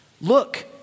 Look